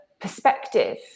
perspective